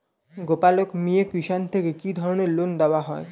গোপালক মিয়ে কিষান থেকে কি ধরনের লোন দেওয়া হয়?